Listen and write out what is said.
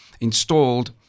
installed